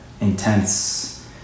intense